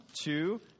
two